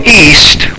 east